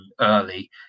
early